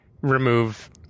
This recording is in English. remove